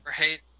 Right